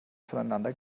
voneinander